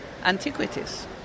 antiquities